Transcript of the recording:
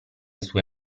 sue